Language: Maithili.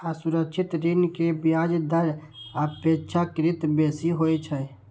असुरक्षित ऋण के ब्याज दर अपेक्षाकृत बेसी होइ छै